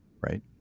right